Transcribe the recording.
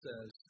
says